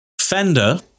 Fender